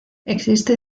existe